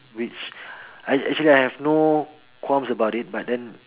which I I actually have no qualms about it but then